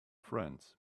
friends